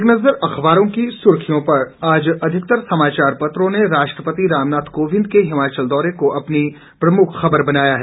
एक नजर अखबारों की सुर्खियों पर आज अधिकतर समाचार पत्रों ने राष्ट्रपति रामनाथ कोविंद के हिमाचल दौरे को अपनी प्रमुख खबर बनाया है